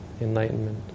enlightenment